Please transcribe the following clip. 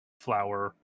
flower